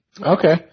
Okay